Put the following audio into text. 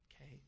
okay